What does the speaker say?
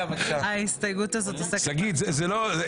הזוי.